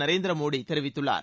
நரேந்திர மோடி தெரிவித்துள்ளார்